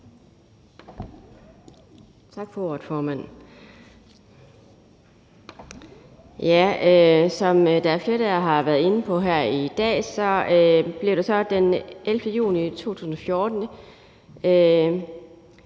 Tak for ordet, formand. Som der er flere, der har været inde på her i dag, blev der den 11. juni 2014